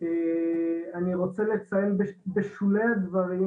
אני רוצה לציין בשולי הדברים